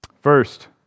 First